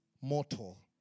mortal